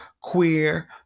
queer